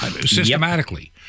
systematically